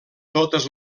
totes